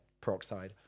peroxide